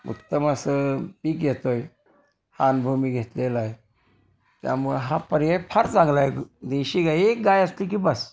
उत्तम असं पीक येतो आहे हा अनुभव मी घेतलेला आहे त्यामुळं हा पर्याय फार चांगला आहे देशी गाय एक गाय असली की बस